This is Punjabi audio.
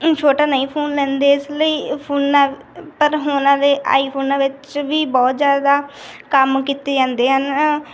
ਛੋਟਾ ਨਹੀਂ ਫੋਨ ਲੈਂਦੇ ਇਸ ਲਈ ਫੋਨਗ ਪਰ ਹੁਣ ਦੇ ਆਈਫੋਨਾਂ ਵਿੱਚ ਵੀ ਬਹੁਤ ਜ਼ਿਆਦਾ ਕੰਮ ਕੀਤੇ ਜਾਂਦੇ ਹਨ